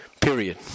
period